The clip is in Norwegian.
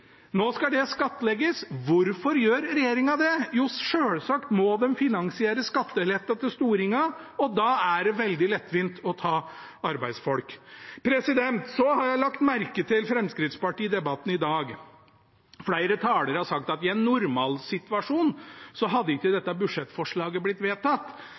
Nå skal det skattlegges. Hvorfor gjør regjeringen det? Jo, selvsagt må de finansiere skatteletten til storingene, og da er det veldig lettvint å ta fra arbeidsfolk. Så har jeg lagt merke til Fremskrittspartiet i debatten i dag. Flere talere har sagt at i en normalsituasjon hadde ikke dette budsjettforslaget blitt vedtatt.